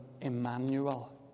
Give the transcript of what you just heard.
Emmanuel